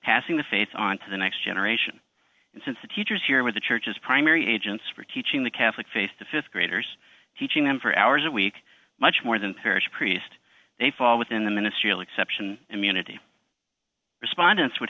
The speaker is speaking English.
passing the faith on to the next generation and since the teachers here with the church is primary agents for teaching the catholic faith to th graders teaching them for hours at week much more than parish priest they fall within the ministry of exception immunity respondents would